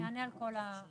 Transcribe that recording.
אני אענה על כל השאלות.